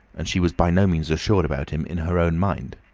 and she was by no means assured about him in her own mind.